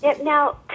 Now